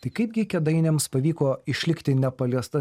tai kaipgi kėdainiams pavyko išlikti nepaliesta